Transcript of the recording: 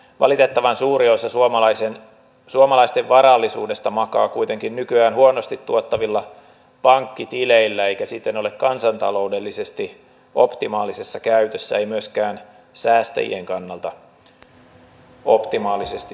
valitettavan suuri osa suomalaisten varallisuudesta makaa kuitenkin nykyään huonosti tuottavilla pankkitileillä eikä siten ole kansantaloudellisesti optimaalisessa käytössä ei myöskään säästäjien kannalta optimaalisesti sijoitettuna